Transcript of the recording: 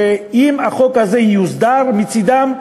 שאם הוא יוסדר, מצדם,